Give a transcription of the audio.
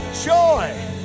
Joy